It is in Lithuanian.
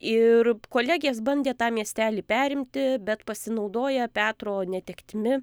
ir kolegės bandė tą miestelį perimti bet pasinaudoję petro netektimi